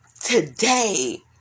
today